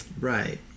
Right